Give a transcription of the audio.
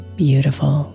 beautiful